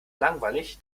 langweilig